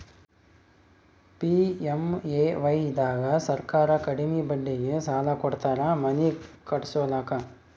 PMAY ದಾಗ ಸರ್ಕಾರ ಕಡಿಮಿ ಬಡ್ಡಿಗೆ ಸಾಲ ಕೊಡ್ತಾರ ಮನಿ ಕಟ್ಸ್ಕೊಲಾಕ